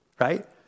right